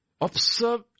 Observe